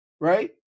right